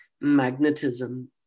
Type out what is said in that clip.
magnetism